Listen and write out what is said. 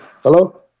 Hello